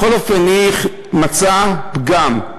בכל אופן מצאה פגם,